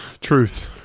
Truth